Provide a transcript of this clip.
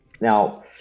Now